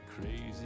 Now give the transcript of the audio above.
Crazy